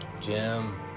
Jim